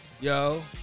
yo